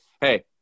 hey